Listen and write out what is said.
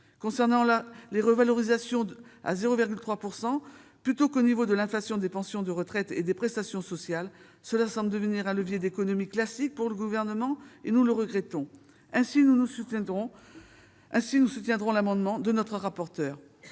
Concernant les revalorisations à hauteur de 0,3 % plutôt qu'au niveau de l'inflation des pensions de retraite et des prestations sociales, ce procédé semble devenir un levier d'économie classique pour le Gouvernement ; nous le regrettons, et nous soutiendrons l'amendement de notre rapporteur